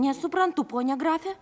nesuprantu pone grafe